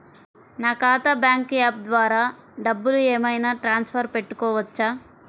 నా ఖాతా bank app ద్వారా డబ్బులు ఏమైనా ట్రాన్స్ఫర్ పెట్టుకోవచ్చా?